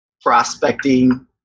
prospecting